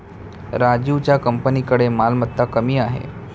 राजीवच्या कंपनीकडे मालमत्ता कमी आहे